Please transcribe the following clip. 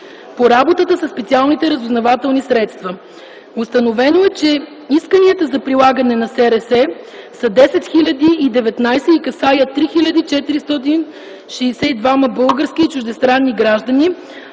по работата със специалните разузнавателни средства. Установено е, че исканията за прилагане на СРС са 10 019 и касаят 3462 български и чуждестранни граждани,